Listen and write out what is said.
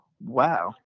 Wow